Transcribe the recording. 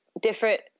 different